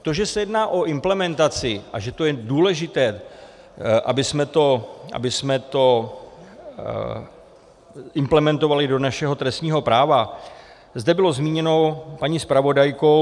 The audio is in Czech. To, že se jedná o implementaci a že to je důležité, abychom to implementovali do našeho trestního práva, zde bylo zmíněno paní zpravodajkou.